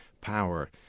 power